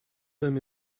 them